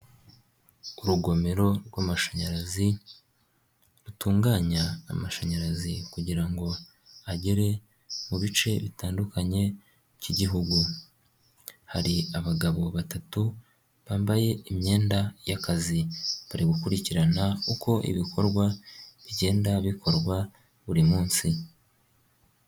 Urugomero rw'amashanyarazi, rutunganya amashanyarazi kugira ngo agere mu bice bitandukanye by'Igihugu; hari abagabo batatu bambaye imyenda y'akazi, bari gukurikirana uko ibikorwa bigenda bikorwa buri munsi.